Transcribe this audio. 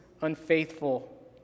unfaithful